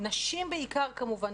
נשים בעיקר כמובן,